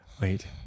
wait